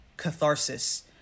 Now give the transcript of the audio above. catharsis